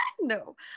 no